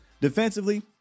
Defensively